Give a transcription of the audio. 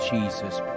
Jesus